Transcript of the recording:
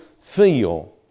feel